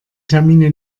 termine